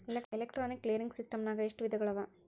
Electronic clearing ಸಿಸ್ಟಮ್ನಾಗ ಎಷ್ಟ ವಿಧಗಳವ?